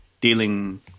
dealing